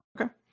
Okay